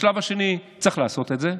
בשלב השני צריך לעשות את זה,